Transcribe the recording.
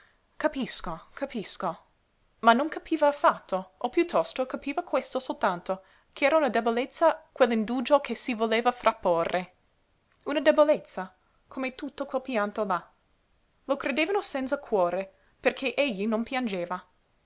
capisco capisco ma non capiva affatto o piuttosto capiva questo soltanto ch'era una debolezza quell'indugio che si voleva frapporre una debolezza come tutto quel pianto là lo credevano senza cuore perché egli non piangeva